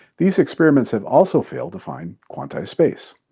these experiments have also failed to find quantized space.